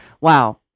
Wow